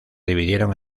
dividieron